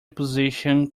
opposition